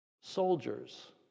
soldiers